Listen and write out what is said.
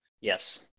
Yes